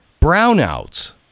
brownouts